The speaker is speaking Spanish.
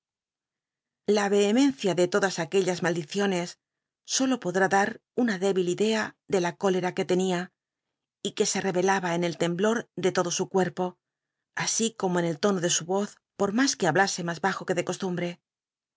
la ehemencia de todas aquellas maldiciones solo podrá dar una débil idea de la cóleta que tenia y que se j cvclaba en el lcmblot de lodo su cuerpo así como en el tono ele su voz por mas que hablase mas bajo que de costumbc